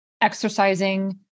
exercising